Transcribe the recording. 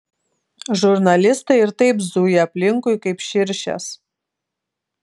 žurnalistai ir taip zuja aplinkui kaip širšės